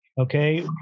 Okay